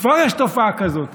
כבר יש תופעה כזאת